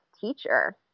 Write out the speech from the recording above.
teacher